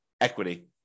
equity